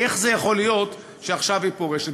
איך זה יכול להיות שעכשיו היא פורשת?